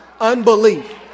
unbelief